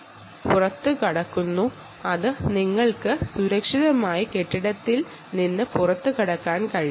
ഇതുപയോഗിച്ച് നിങ്ങൾക്ക് സുരക്ഷിതമായി കെട്ടിടത്തിൽ നിന്ന് പുറത്തുകടക്കാൻ കഴിയും